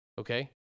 okay